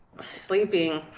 Sleeping